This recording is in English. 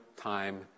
time